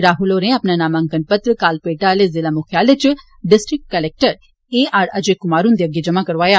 राहुल होरें अपना नामांकन पत्र कालपेटा आह्ले जिला मुख्यालय च district collector A R Ajay Kumar हुंदे अग्गै जमा करोआया